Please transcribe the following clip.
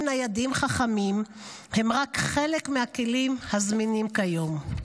ניידים חכמים הם רק חלק מהכלים הזמינים כיום.